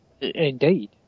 Indeed